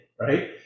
right